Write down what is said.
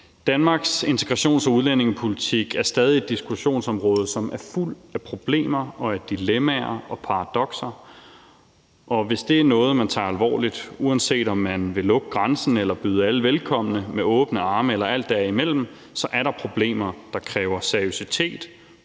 Danmarks integrations- og udlændingepolitik er stadig et diskussionsområde, som er fuldt af problemer og dilemmaer og paradokser. Og hvis det er noget, man tager alvorligt, uanset om man vil lukke grænsen eller byde alle velkommen med åbne arme eller alt derimellem, så er der problemer, der kræver en seriøsitet,